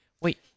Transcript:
Wait